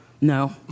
No